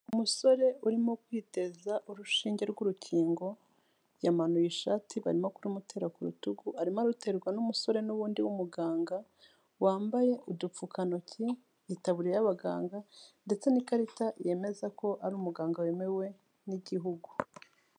Umusore urimo kwiteza urushinge rw'urukingo yamanuye ishati barimo kurumutera ku rutugu, arimo araruterwa n'umusore n'ubundi w'umuganga wambaye udupfukantoki, itaburiya y'abaganga ndetse n'ikarita yemeza ko ari umuganga wemewe n'igihugu.